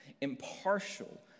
impartial